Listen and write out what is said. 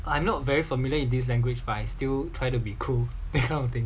I am not very familiar with this language by still try to be cool that kind of thing